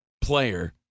player